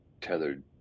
tethered